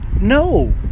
no